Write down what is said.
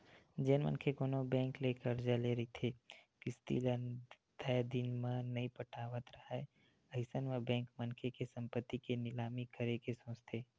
जेन मनखे कोनो बेंक ले करजा ले रहिथे किस्ती ल तय दिन म नइ पटावत राहय अइसन म बेंक मनखे के संपत्ति के निलामी करे के सोचथे